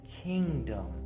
kingdom